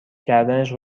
کردنش